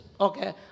okay